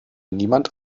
niemand